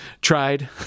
tried